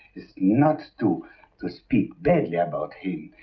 it's not to to speak badly about him,